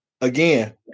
again